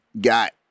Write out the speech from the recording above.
got